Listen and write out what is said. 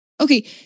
Okay